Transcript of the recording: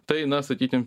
tai na sakykim